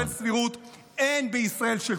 לתומך BDS. שנייה,